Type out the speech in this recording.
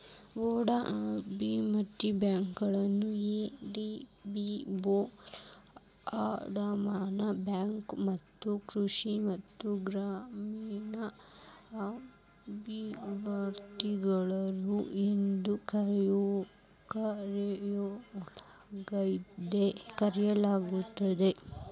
ಭೂ ಅಭಿವೃದ್ಧಿ ಬ್ಯಾಂಕುಗಳನ್ನ ಎಲ್.ಡಿ.ಬಿ ಭೂ ಅಡಮಾನ ಬ್ಯಾಂಕು ಮತ್ತ ಕೃಷಿ ಮತ್ತ ಗ್ರಾಮೇಣ ಅಭಿವೃದ್ಧಿಗಾರರು ಎಂದೂ ಕರೆಯಲಾಗುತ್ತದೆ